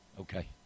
Okay